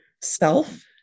self